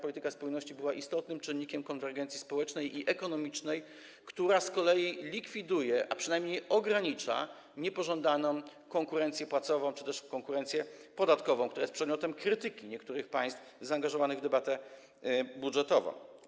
Polityka spójności była istotnym czynnikiem konwergencji społecznej i ekonomicznej, która z kolei likwiduje, a przynajmniej ogranicza, niepożądaną konkurencję płacową czy też konkurencję podatkową, która jest przedmiotem krytyki niektórych państw zaangażowanych w debatę budżetową.